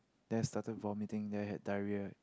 then I started vomiting then I had diarrhea